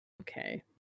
Okay